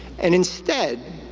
and instead,